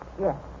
Yes